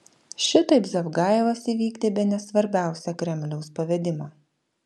šitaip zavgajevas įvykdė bene svarbiausią kremliaus pavedimą